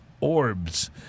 Orbs